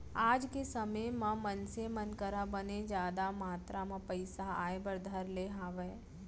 आज के समे म मनसे मन करा बने जादा मातरा म पइसा आय बर धर ले हावय